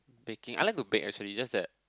baking I like to bake actually just that